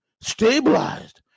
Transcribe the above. stabilized